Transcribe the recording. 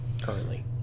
currently